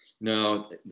No